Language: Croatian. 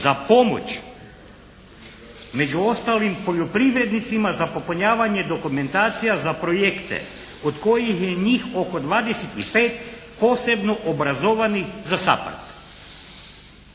za pomoć među ostalim poljoprivrednicima za popunjavanje dokumentacija za projekte od kojih je njih 25 posebno obrazovanih za